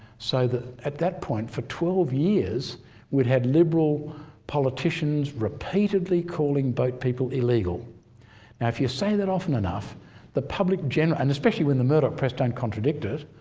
so that, at that point, for twelve years we'd had liberal politicians repeatedly calling boat people illegal. now if you say that often enough the public general, and especially when the murdoch press don't contradict it,